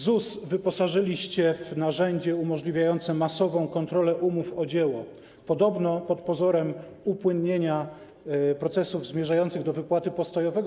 ZUS wyposażyliście w narzędzie umożliwiające masową kontrolę umów o dzieło, podobno pod pozorem upłynnienia procesów zmierzających do wypłaty postojowego.